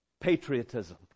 patriotism